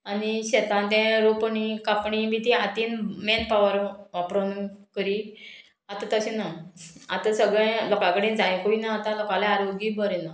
आनी शेतांत तें रोपणी कापणी बी ती हातीन मेन पावर वापरून करी आतां तशें ना आतां सगळें लोकां कडेन जायकूय ना आतां लोकालें आरोग्य बरें ना